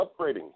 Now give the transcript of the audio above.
Upgrading